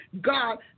God